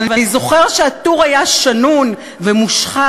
אבל אני זוכר שהטור היה שנון ומושחז,